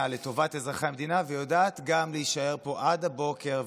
ולטובת אזרחי המדינה ויודעת גם להישאר פה עד הבוקר,